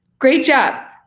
great job.